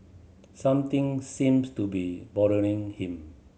something seems to be bothering him